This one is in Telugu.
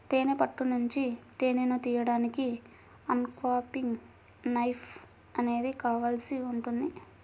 తేనె పట్టు నుంచి తేనెను తీయడానికి అన్క్యాపింగ్ నైఫ్ అనేది కావాల్సి ఉంటుంది